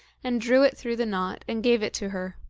and drew it through the knot, and gave it to her.